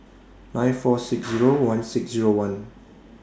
nine four six Zero one six Zero one